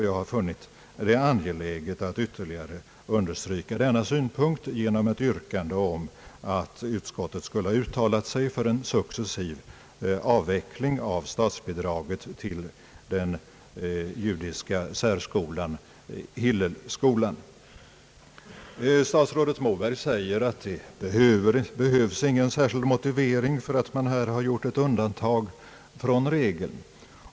Jag har funnit det angeläget att ytterligare understryka denna synpunkt genom ett yrkande att utskottet skulle ha uttalat sig för en successiv avveckling av statsbidraget till den judiska särskolan, Hillelskolan. Statsrådet Moberg säger att det behövs ingen särskild motivering för att man här har gjort ett särskilt undantag från regeln.